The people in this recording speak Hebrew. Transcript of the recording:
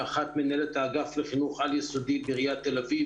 מנהלת האגף לחינוך על-יסודי בעיריית תל אביב,